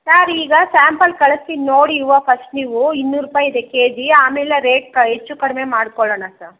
sir ಈಗ sample ಕಳಸ್ತೀನಿ ನೋಡಿ ಹೂವ ಫಸ್ಟ್ ನೀವು ಇನ್ನೂರು ರೂಪಾಯಿ ಇದೆ ಕೆ ಜಿ ಆಮೇಲೆ ನೀವು ರೇಟ್ ಹೆಚ್ಚು ಕಡಿಮೆ ಮಾಡ್ಕೊಳ್ಳೋಣ ಸ